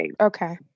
Okay